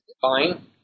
fine